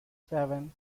seven